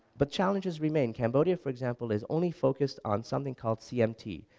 but challenges remain cambodia for example is only focused on something called cmt,